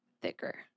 thicker